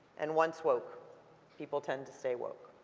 and once woke people tend to stay woke.